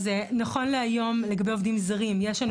אז נכון להיום לגבי עובדים זרים יש לנו